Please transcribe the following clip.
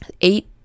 eight